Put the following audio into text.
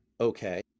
Okay